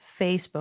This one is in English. Facebook